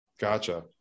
Gotcha